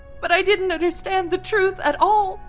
but i didn't understand the truth at all.